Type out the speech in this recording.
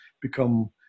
become